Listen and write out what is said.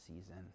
season